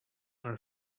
are